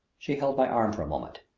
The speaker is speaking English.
she held my arm for a moment.